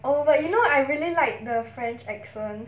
oh but you know I really like the french accent